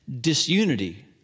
disunity